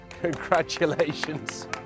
congratulations